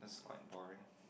that's quite boring